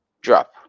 drop